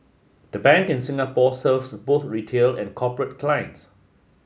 the Bank in Singapore serves both retail and corporate clients